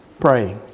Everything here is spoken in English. praying